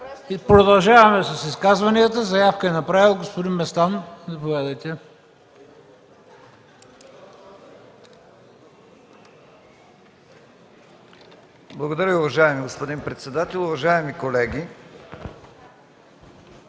Продължаваме с изказванията. Заявка е направил господин Местан